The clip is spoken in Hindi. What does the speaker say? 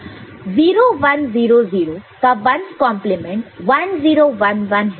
0 1 0 0 का 1's कंप्लीमेंट 1's complement 1 0 1 1 है